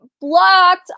blocked